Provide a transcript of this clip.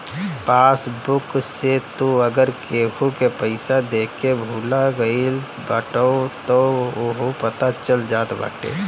passbook से तू अगर केहू के पईसा देके भूला गईल बाटअ तअ उहो पता चल जात बाटे